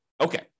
Okay